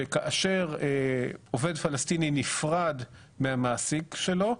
שכאשר עובד פלסטיני נפרד מהמעסיק שלו,